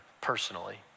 personally